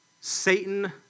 Satan